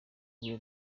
rwe